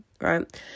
right